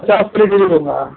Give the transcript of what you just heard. पचास किलो ले लूँगा